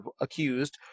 accused